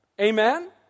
Amen